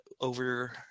over